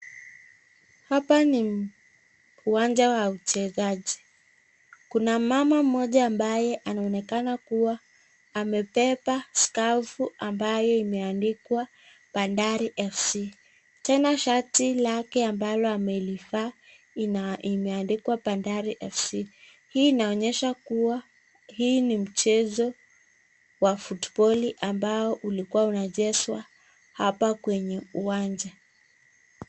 Hapa ni uwanja wa uchezaji, kuna mama ambaye amebeba skafu ambayo imeandikwa Bandari FC. Tena shati lake ambalo amelivaa imeandikwa Bandari FC. Hii inaonyesha kuwa hii ni mchezo wa foot boli ambao ulikwa unajeswa hapa kwenye uwanja.